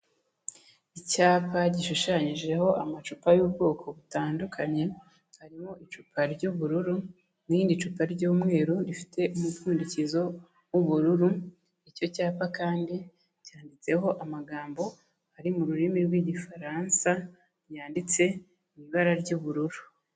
Icyapa gishushanyijeho amacupa y'ubwoko butandukanye, harimo icupa ry'ubururu n'irindi cupa ry'umweru rifite umupfundikizo w'ubururu, icyo cyapa kandi cyanditseho amagambo ari mu rurimi rw'Igifaransa yanditse mu ibara ry'ubururu.